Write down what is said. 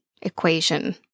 equation